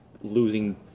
losing